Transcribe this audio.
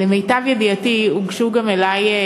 למיטב ידיעתי, הוגשו גם אלי,